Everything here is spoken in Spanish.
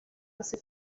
hace